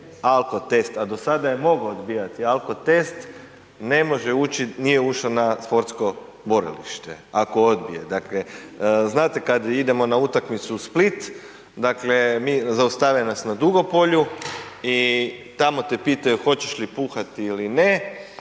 alkotest, a do sada je mogao odbijati alkotest, ne može ući, nije ušao na sportsko borilište ako odbije, dakle znate kad idemo na utakmicu u Split, dakle zaustave nas na Dugopolju i tamo te pitaju hoćeš li puhati ili ne,